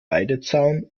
weidezaun